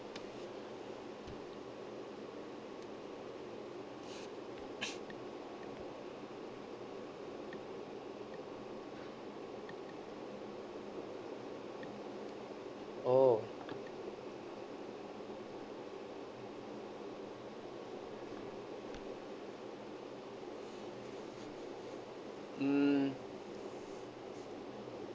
oh mm